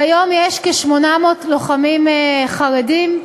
כיום יש כ-800 לוחמים חרדים,